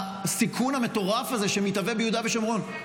הסיכון המטורף הזה שמתהווה ביהודה ושומרון,